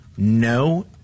no